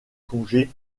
plongée